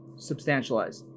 substantialized